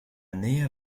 année